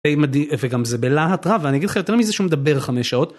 די מדהים וגם זה בלהט רע ואני אגיד לך יותר מזה שהוא מדבר חמש שעות.